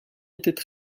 étaient